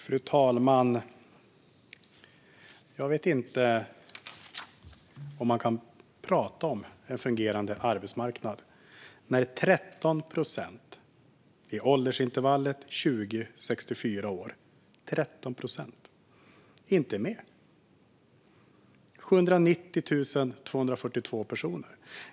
Fru talman! Jag vet inte om man kan prata om en fungerande arbetsmarknad när 13 procent i åldersintervallet 20-64 år inte är med. Det är 790 242 personer.